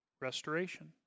Restoration